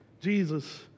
Jesus